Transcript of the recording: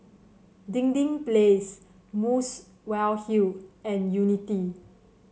Dinding Place Muswell Hill and Unity